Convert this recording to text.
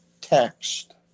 text